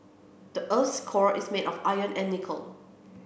the earth's core is made of iron and nickel